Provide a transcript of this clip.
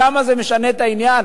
כמה זה משנה את העניין?